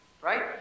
right